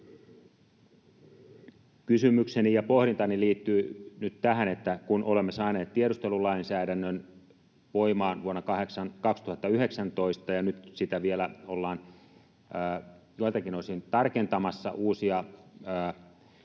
Kysymykseni ja pohdintani liittyy nyt tähän, että kun olemme saaneet tiedustelulainsäädännön voimaan vuonna 2019 ja nyt sitä vielä ollaan joiltakin osin tarkentamassa — uusia kulmia